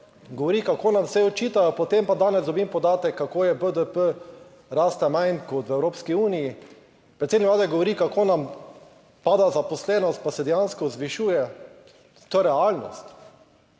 13.40** (nadaljevanje) potem pa danes dobim podatek, kako je, BDP raste manj kot v Evropski uniji. Predsednik Vlade govori, kako nam pada zaposlenost, pa se dejansko zvišuje. To je realnost.